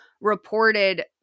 reported